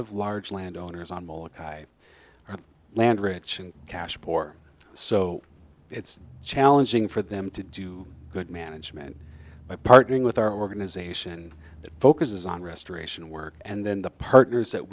of large landowners on bullock i land rich and cash poor so it's challenging for them to do good management by partnering with our organization that focuses on restoration work and then the partners that